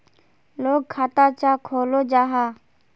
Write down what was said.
लोग खाता चाँ खोलो जाहा?